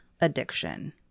addiction